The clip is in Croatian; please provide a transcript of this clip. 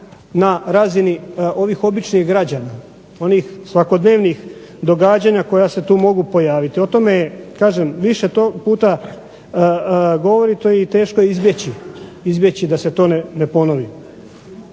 na razini ovih običnih građana, onih svakodnevnih događanja koja se tu mogu pojaviti. O tome više puta govorim, to je teško izbjeći da se to ne ponovi.